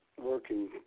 working